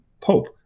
pope